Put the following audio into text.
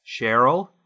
Cheryl